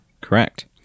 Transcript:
Correct